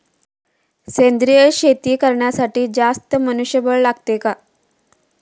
सेंद्रिय शेती करण्यासाठी जास्त मनुष्यबळ लागते का?